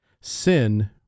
sin